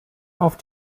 auf